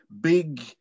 big